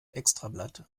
extrablatt